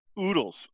oodles